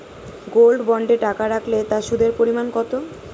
Gold বন্ডে টাকা রাখলে তা সুদের পরিমাণ কত?